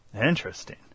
Interesting